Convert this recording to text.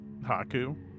Haku